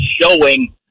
showing